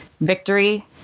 victory